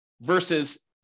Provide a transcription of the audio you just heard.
Versus